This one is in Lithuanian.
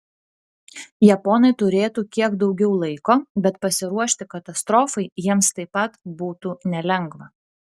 japonai turėtų kiek daugiau laiko bet pasiruošti katastrofai jiems taip pat būtų nelengva